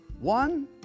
One